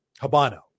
Habano